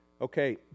Okay